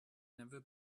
never